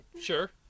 sure